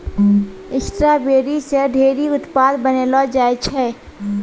strawberry से ढेरी उत्पाद बनैलो जाय छै